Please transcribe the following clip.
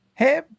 Hey